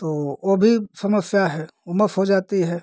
तो वो भी समस्या है उमस हो जाती है